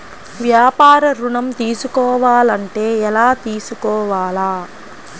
వ్యాపార ఋణం తీసుకోవాలంటే ఎలా తీసుకోవాలా?